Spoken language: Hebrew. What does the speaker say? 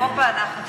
ביחס לאירופה אנחנו,